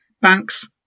banks